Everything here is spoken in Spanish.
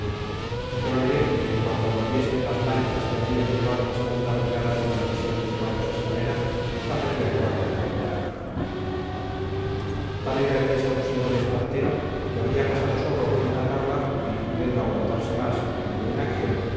dijéronle que en cuanto volviesen las lanchas que habían llevado la segunda brigada de la división de ceballos escalera pasaría el cuartel general tal era el desasosiego de espartero que habría pasado solo en una tabla y no pudiendo aguantarse más en aquella inacción